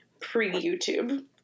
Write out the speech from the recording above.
pre-YouTube